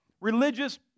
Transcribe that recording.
religious